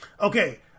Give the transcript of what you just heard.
Okay